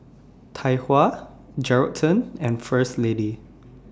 Tai Hua Geraldton and First Lady